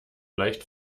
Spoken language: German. leicht